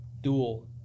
dual